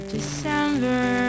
December